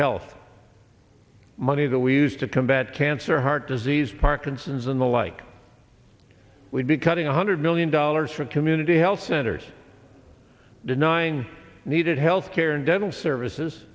health money that we use to combat cancer heart disease parkinson's and the like we'd be cutting one hundred million dollars for community health centers denying needed health care and dental services